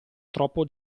troppo